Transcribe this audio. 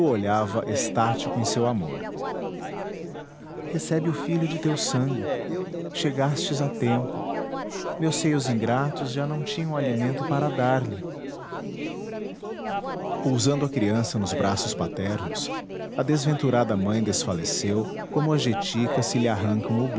olhava extático em seu amor recebe o filho de teu sangue chegastes a tempo meus seios ingratos já não tinham alimento para dar-lhe pousando a criança nos braços paternos a desventurada mãe desfaleceu como a jetica se lhe arrancam